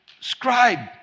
scribe